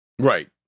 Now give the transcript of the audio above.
Right